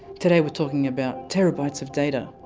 today we're talking about terabytes of data.